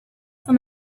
some